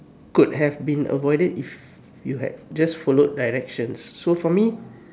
could have been avoided if you had just followed directions so for me